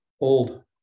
old